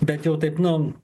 bet jau taip nu